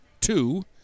two